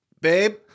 babe